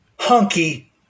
hunky